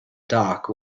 dock